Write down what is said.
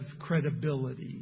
credibility